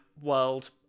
world